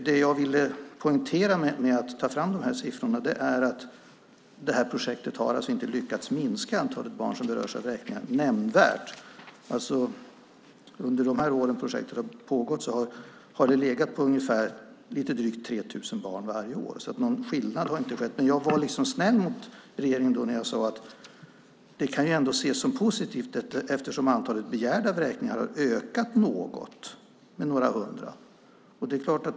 Det jag ville poängtera med att ta fram dessa siffror var att projektet inte har lyckats minska antalet barn som berörs av vräkningar nämnvärt. Under de år som projektet har pågått har antalet legat på lite drygt 3 000 barn per år. Någon skillnad har det alltså inte blivit. Jag var snäll mot regeringen när jag sade att det kan ses som positivt eftersom antalet begärda vräkningar har ökat med några hundra.